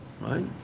right